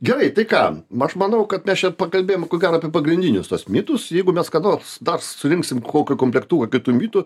gerai tai ką aš manau kad mes čia pakalbėjom ko gero apie pagrindinius tuos mitus jeigu mes kada nors dar surinksim kokio komplektuką kitų mitų